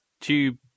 tube